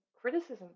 criticism